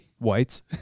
Whites